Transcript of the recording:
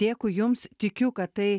dėkui jums tikiu kad tai